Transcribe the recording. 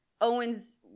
Owens